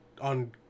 on